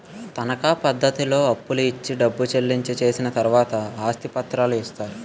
తనకా పద్ధతిలో అప్పులు ఇచ్చి డబ్బు చెల్లించి చేసిన తర్వాతే ఆస్తి పత్రాలు ఇస్తారు